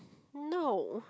no